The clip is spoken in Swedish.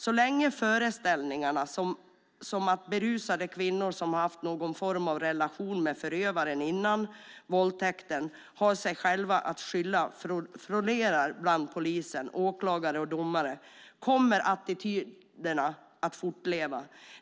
Så länge föreställningar som att berusade kvinnor som haft någon form av relation med förövaren innan våldtäkten har sig själva att skylla florerar bland polis, åklagare och domare kommer attityderna att fortleva.